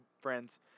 friends